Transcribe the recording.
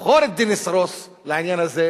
לבחור את דניס רוס לעניין הזה,